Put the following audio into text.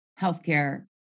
healthcare